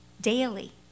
daily